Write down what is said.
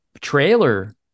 trailer